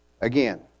Again